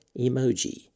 emoji